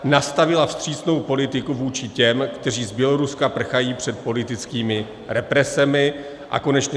V. nastavila vstřícnou politiku vůči těm, kteří z Běloruska prchají před politickými represemi, a konečně